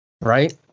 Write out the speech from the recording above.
right